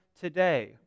today